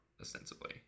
ostensibly